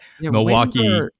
Milwaukee